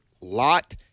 Lot